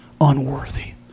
unworthy